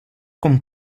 com